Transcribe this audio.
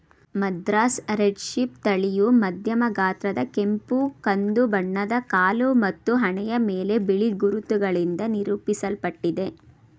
Madras red sheep ತಳಿಯು ಮಧ್ಯಮ ಗಾತ್ರದ ಕೆಂಪು ಕಂದು ಬಣ್ಣದ ಕಾಲು ಮತ್ತು ಹಣೆಯ ಮೇಲೆ ಬಿಳಿ ಗುರುತುಗಳಿಂದ ನಿರೂಪಿಸಲ್ಪಟ್ಟಿದೆ